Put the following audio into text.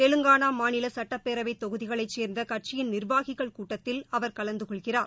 தெலுங்கானாமாநிலசட்டப்பேரவைதொகுதிகளைசேர்ந்தகட்சியின் நா்வாகிகள் கூட்டத்தில் அவர் கலந்துகொள்கிறார்